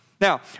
Now